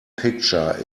picture